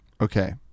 Okay